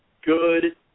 good